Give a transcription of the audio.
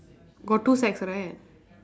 got two sacks right